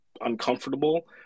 uncomfortable